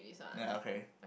ya okay